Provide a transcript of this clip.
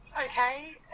okay